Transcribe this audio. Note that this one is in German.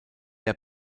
der